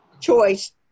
choice